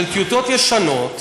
של טיוטות ישנות,